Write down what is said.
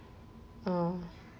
oh